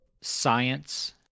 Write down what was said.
science